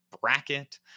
bracket